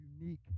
unique